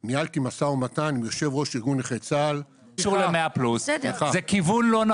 ומתאימה את מצבם לנכים פגועי רגליים שכבודם